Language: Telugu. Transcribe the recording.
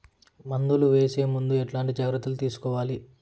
మందులు వేసే ముందు ఎట్లాంటి జాగ్రత్తలు తీసుకోవాలి?